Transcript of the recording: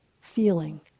feeling